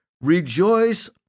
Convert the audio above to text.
Rejoice